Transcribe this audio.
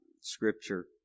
Scripture